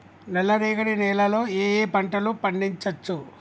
నల్లరేగడి నేల లో ఏ ఏ పంట లు పండించచ్చు?